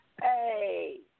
Hey